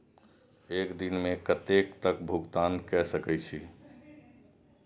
एक दिन में कतेक तक भुगतान कै सके छी